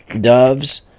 doves